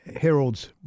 Herald's